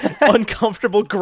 uncomfortable